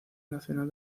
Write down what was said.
nacional